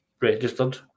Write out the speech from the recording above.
registered